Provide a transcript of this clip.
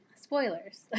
spoilers